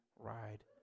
ride